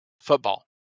football